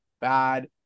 bad